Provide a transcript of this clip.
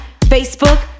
facebook